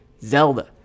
Zelda